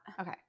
Okay